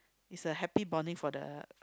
it's a happy bonding for the